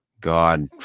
God